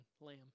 lamb